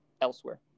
elsewhere